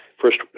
first